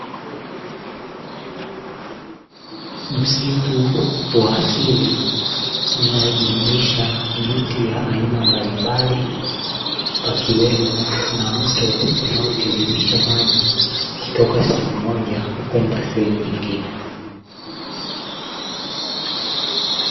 Msitu wa asili unaojumuisha miti ya aina mbalimbali, pakiwemo na mto unaotiririsha maji kutoka sehemu moja kwenda sehemu nyingine.